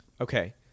Okay